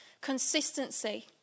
Consistency